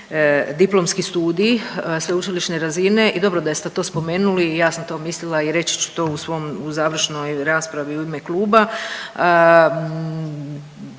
diplomski studij sveučilišne razine i dobro da ste to spomenuli i ja sam to mislila i reći ću to u svom, u završnoj raspravi u ime kluba.